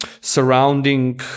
Surrounding